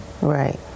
right